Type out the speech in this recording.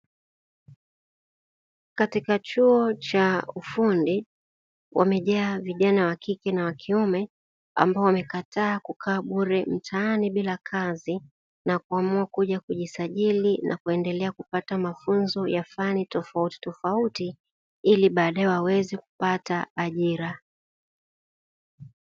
Katika chuo cha ufundi, wamejaa vijana wa kike na wa kiume ambao wamekataa kukaa bure mtaani bila kazi, na kuamua kuja kujisajili na kuendelea kupata mafunzo ya fani tofautitofauti, ili baadaye waweze kupata ajira.